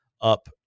up